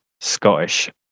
Scottish